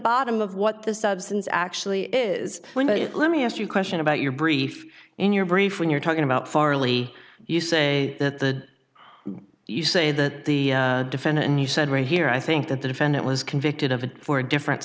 bottom of what the substance actually is let me ask you question about your brief in your brief when you're talking about farley you say that the you say that the defendant in you said right here i think that the defendant was convicted of a four different